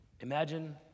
Imagine